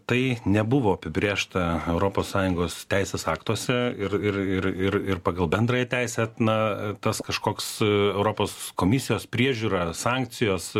tai nebuvo apibrėžta europos sąjungos teisės aktuose ir ir ir ir ir pagal bendrąją teisę na tas kažkoks su europos komisijos priežiūra sankcijos